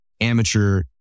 amateur